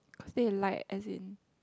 cause they lied as in